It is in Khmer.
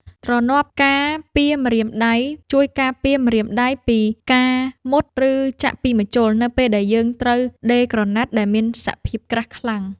ទ្រនាប់ការពារម្រៀមដៃ ជួយការពារម្រាមដៃពីការមុត ឬចាក់ពីម្ជុលនៅពេលដែលយើងត្រូវដេរក្រណាត់ដែលមានសភាពក្រាស់ខ្លាំង។